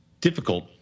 difficult